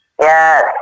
Yes